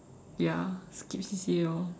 ya skip C_C_A orh